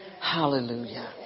Hallelujah